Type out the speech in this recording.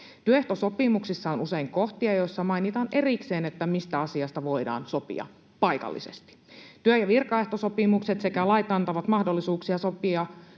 Työehtosopimuksissa on usein kohtia, joissa mainitaan erikseen, mistä asiasta voidaan sopia paikallisesti. Työ- ja virkaehtosopimukset sekä lait antavat mahdollisuuksia sopia